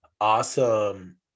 awesome